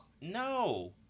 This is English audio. No